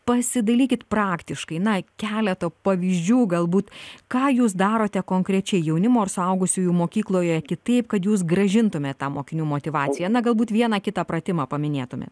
pasidalykit praktiškai na keletą pavyzdžių galbūt ką jūs darote konkrečiai jaunimo ir suaugusiųjų mokykloje kitaip kad jūs grąžintumėt tą mokinių motyvaciją na galbūt vieną kitą pratimą paminėtumėt